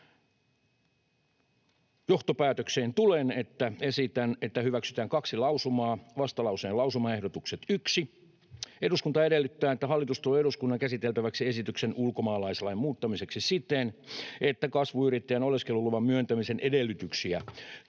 johtopäätökseen, että esitän, että hyväksytään kaksi lausumaa, vastalauseen lausumaehdotukset: ”1) Eduskunta edellyttää, että hallitus tuo eduskunnan käsiteltäväksi esityksen ulkomaalaislain muuttamiseksi siten, että kasvuyrittäjän oleskeluluvan myöntämisen edellytyksiä kiristetään